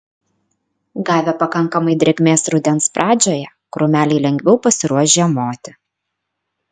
gavę pakankamai drėgmės rudens pradžioje krūmeliai lengviau pasiruoš žiemoti